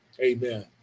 amen